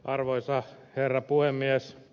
arvoisa herra puhemies